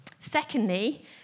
Secondly